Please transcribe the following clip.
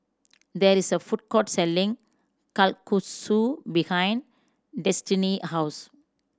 there is a food court selling Kalguksu behind Destinee house